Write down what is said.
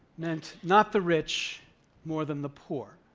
meant not the rich more than the poor.